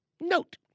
Note